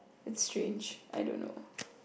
it's strange I don't know